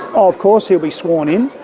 of course he'll be sworn in,